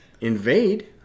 Invade